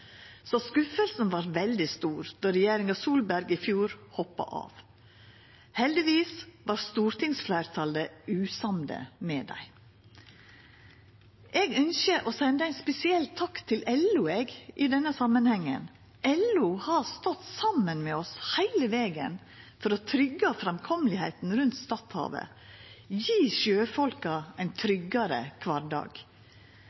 Så skuffelsen vart veldig stor då regjeringa Solberg i fjor hoppa av. Heldigvis var stortingsfleirtalet usamde med dei. Eg ønskjer å senda ein spesiell takk til LO i denne samanhengen. LO har stått saman med oss heile vegen for å tryggja framkjømda rundt Stadhavet og gje sjøfolka ein